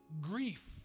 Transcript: grief